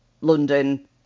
London